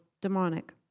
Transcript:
demonic